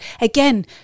again